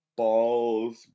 Balls